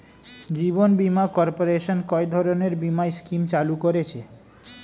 জীবন বীমা কর্পোরেশন কয় ধরনের বীমা স্কিম চালু করেছে?